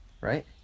right